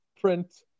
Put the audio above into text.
print